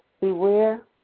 Beware